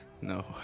No